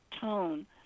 tone